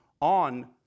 on